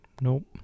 nope